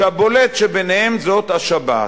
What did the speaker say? והבולט ביניהם הוא השבת.